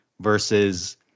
versus